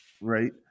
Right